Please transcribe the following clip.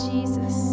Jesus